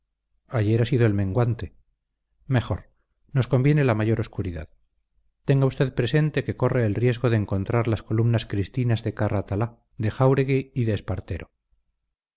ayer ha sido el menguante mejor nos conviene la mayor obscuridad tenga usted presente que corre el riesgo de encontrar las columnas cristinas de carratalá de jáuregui o